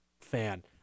fan